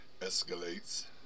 escalates